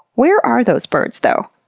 where are those birds, though?